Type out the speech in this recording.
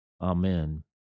Amen